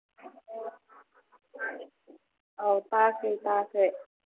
ꯑꯧ ꯇꯥꯁꯦ ꯇꯥꯁꯦ